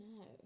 No